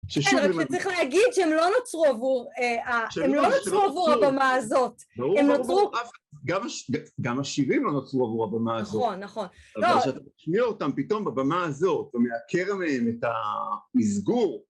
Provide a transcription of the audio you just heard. כן, רק שצריך להגיד שהם לא נוצרו עבור הבמה הזאת ברור, ברור, גם השירים לא נוצרו עבור הבמה הזאת נכון, נכון אבל כשאתה תשמיע אותם פתאום בבמה הזאת ומעקר מהם את המסגור